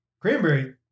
Cranberry